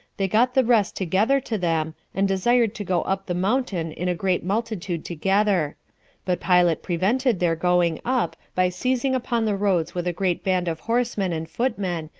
they got the rest together to them, and desired to go up the mountain in a great multitude together but pilate prevented their going up, by seizing upon the roads with a great band of horsemen and foot men,